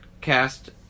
cast